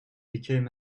became